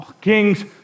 kings